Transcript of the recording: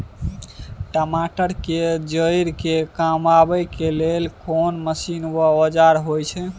टमाटर के जईर के कमबै के लेल कोन मसीन व औजार होय छै?